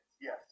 Yes